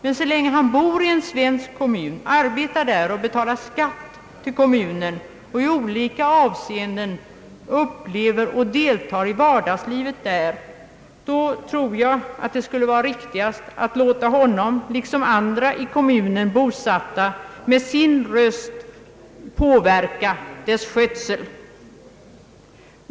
Men så länge han bor i en svensk kommun, arbetar där och betalar skatt till kommunen och i olika avseenden upplever och deltar i vardagslivet där, så tror jag att det skulle vara riktigast att låta honom, liksom andra i kommunen bosatta, med sin röst påverka dess skötsel.